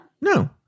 No